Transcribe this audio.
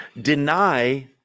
deny